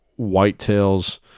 whitetails